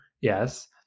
yes